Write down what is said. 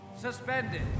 suspended